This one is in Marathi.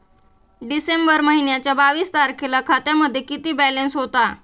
डिसेंबर महिन्याच्या बावीस तारखेला खात्यामध्ये किती बॅलन्स होता?